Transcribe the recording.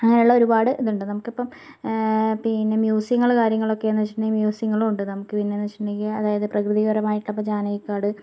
അങ്ങനെയുള്ള ഒരുപാടുള്ള ഇതുണ് നമുക്കിപ്പം പിന്നെ മ്യൂസിയങ്ങൾ കാര്യങ്ങളൊക്കെ എന്ന് വെച്ചിട്ടുണ്ടെങ്കിൽ മ്യൂസിങ്ങളും ഉണ്ട് നമുക്ക് പിന്നെഎന്ന് വെച്ചിട്ടുണ്ടെങ്കിൽ അതായത് പ്രകൃതിപരമായട്ട് ഇപ്പോൾ ജാനകിക്കാട്